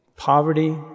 Poverty